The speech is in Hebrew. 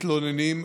מתלוננים,